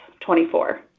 24